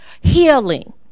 healing